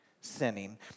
sinning